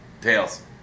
Tails